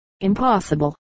Impossible